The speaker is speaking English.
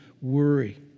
worry